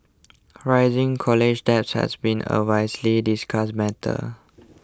rising college debts has been a widely discussed matter